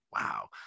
wow